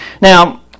Now